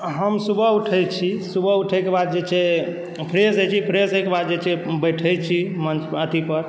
हम सुबह उठै छी सुबह उठैके बाद जे छै फ्रेश होइ छी फ्रेश होइके बाद जे छै से बैठै छी अथी पर